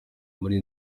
muri